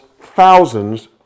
thousands